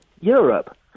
Europe